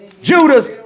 Judas